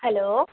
hello